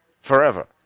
Forever